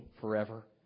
forever